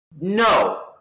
No